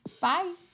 bye